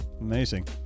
amazing